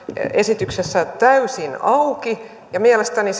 esityksessä täysin auki ja mielestäni